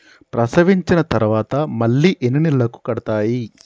ప్రసవించిన తర్వాత మళ్ళీ ఎన్ని నెలలకు కడతాయి?